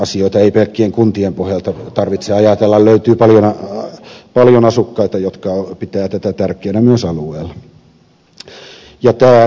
asioita ei pelkkien kuntien pohjalta tarvitse ajatella löytyy paljon asukkaita jotka pitävät tätä tärkeänä myös alueella